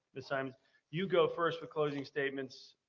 miss simonds you go first for closing statements,